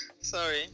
Sorry